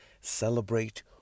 celebrate